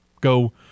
Go